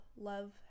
love